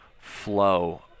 flow